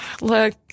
look